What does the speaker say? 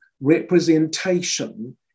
representation